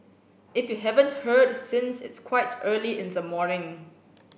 if you haven't heard since it's quite early in the morning